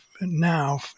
now